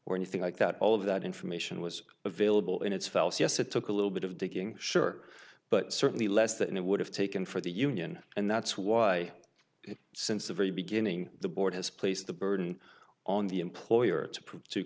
or anything like that all of that information was available in its valves yes it took a little bit of digging sure but certainly less than it would have taken for the union and that's why since the very beginning the board has placed the burden on the employer to